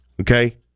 okay